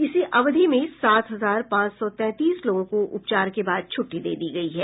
इसी अवधि में सात हजार पांच सौ तैंतीस लोगों को उपचार के बाद छटटी दे दी गयी है